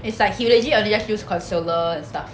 it's like he legit only just use consoler and stuff